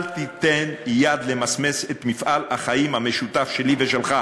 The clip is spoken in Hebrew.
אל תיתן למסמס את מפעל החיים המשותף שלי ושלך.